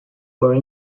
were